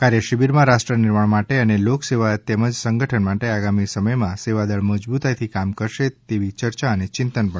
કાર્ય શિબિરમાં રાષ્ટ્ર નિર્માણ માટે અને લોકસેવા તેમજ સંગઠન માટે આગામી સમયમાં સેવાદળ મજબૂતાઈથી કામ કરશે તેવી યર્યા અને ચિંતન કરાયું હતું